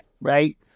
right